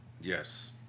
Yes